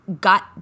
got